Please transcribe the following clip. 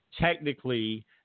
technically